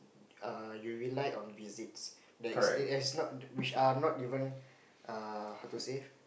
uh you rely on visits that is eh which are not even uh how to say